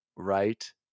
right